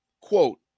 quote